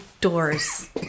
doors